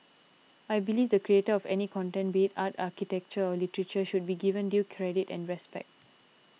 I believe the creator of any content be it art architecture or literature should be given due credit and respect